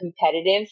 competitive